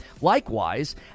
Likewise